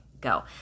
go